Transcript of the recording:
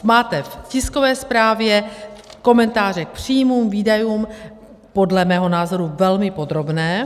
Máte v tiskové zprávě komentáře k příjmům, výdajům, podle mého názoru velmi podrobné.